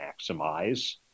maximize